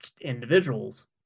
individuals